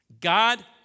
God